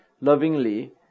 lovingly